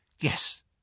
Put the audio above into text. Yes